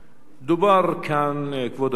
כבוד היושב-ראש,